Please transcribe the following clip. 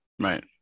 Right